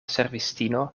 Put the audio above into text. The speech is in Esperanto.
servistino